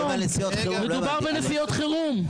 מדובר בנסיעות חירום.